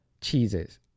cheeses